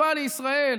טובה לישראל,